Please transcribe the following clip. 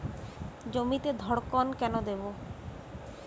জমিতে ধড়কন কেন দেবো?